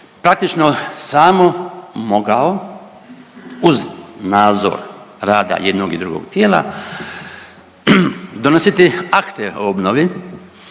praktično samo mogao uz nadzor rada jednog i drugog tijela donositi akte o obnovi,